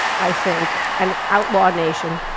i think, an outlaw nation.